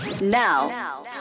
Now